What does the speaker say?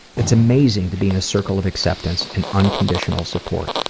it's amazing to be in a circle of acceptance and unconditional support.